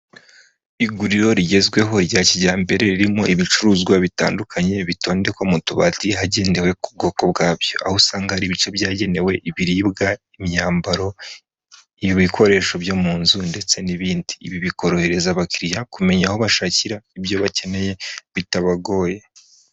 Iguriro rigezweho rya kijyambere ririmo ibicuruzwa bitandukanye bitondekwa mu tubati hagendewe ku bwoko bwabyo, aho usanga hari ibice byagenewe ibiribwa, imyambaro, ibikoresho byo mu nzu ndetse n'ibindi, ibi bikorohereza abakiriya kumenya aho bashakira ibyo bakeneye bitabagoye.